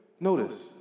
Notice